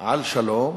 על שלום